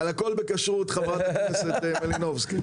אבל הכול בכשרות, חברת הכנסת מלינובסקי.